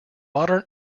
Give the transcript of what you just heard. modern